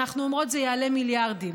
אנחנו אומרות: זה יעלה מיליארדים,